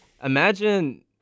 Imagine